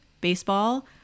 baseball